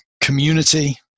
community